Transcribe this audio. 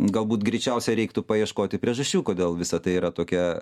galbūt greičiausia reiktų paieškoti priežasčių kodėl visa tai yra tokia